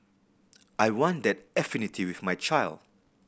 I want that affinity with my child